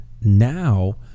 now